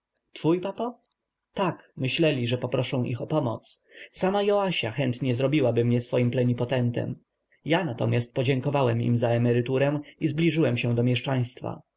twój papo tak myśleli że poproszę ich o pomoc sama joasia chętnie zrobiłaby mnie swoim plenipotentem ja natomiast podziękowałem im za emeryturę i zbliżyłem się do mieszczaństwa